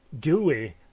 gooey